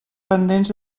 pendents